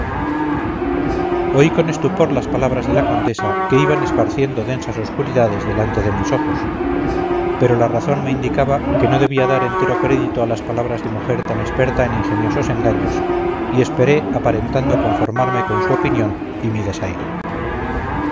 oí con estupor las palabras de la condesa que iban esparciendo densas oscuridades delante de mis ojos pero la razón me indicaba que no debía dar entero crédito a las palabras de mujer tan experta en ingeniosos engaños y esperé aparentando conformarme con su opinión y mi desaire